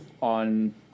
on